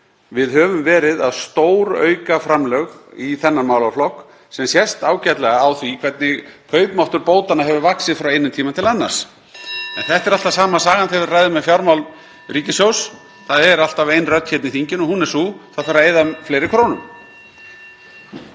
Við höfum verið að stórauka framlög í þennan málaflokk, sem sést ágætlega á því hvernig kaupmáttur bótanna hefur vaxið frá einum tíma til annars. En þetta er alltaf sama sagan þegar við ræðum um fjármál ríkissjóðs, það er alltaf ein rödd hér í þinginu og hún er þessi: Það þarf að eyða fleiri krónum.